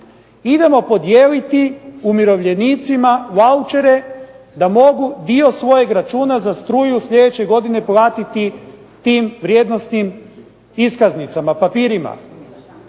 idemo podijeliti umirovljenicima vaučere da mogu dio svojeg računa za struju sljedeće godine platiti tim vrijednosnim iskaznicama, papirima.